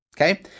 okay